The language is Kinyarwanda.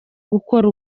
gukora